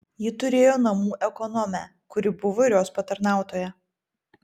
ji turėjo namų ekonomę kuri buvo ir jos patarnautoja